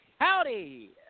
Howdy